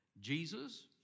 Jesus